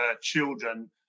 children